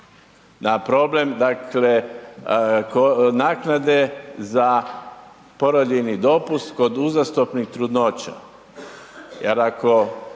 dakle, naknade za porodiljni dopust kod uzastopnih trudnoća